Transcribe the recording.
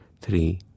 three